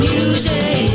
Music